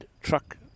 truck